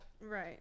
Right